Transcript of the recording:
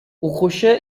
укучы